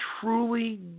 truly